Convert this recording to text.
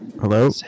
Hello